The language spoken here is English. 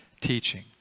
teaching